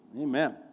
Amen